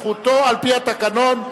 על-פי התקנון,